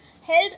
held